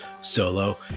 solo